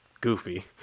Goofy